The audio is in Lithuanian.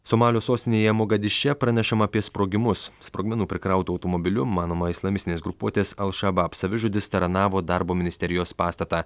somalio sostinėje mogadiše pranešama apie sprogimus sprogmenų prikrautu automobiliu manoma islamistinės grupuotės al šabab savižudis taranavo darbo ministerijos pastatą